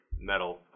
metal